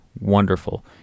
wonderful